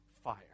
fire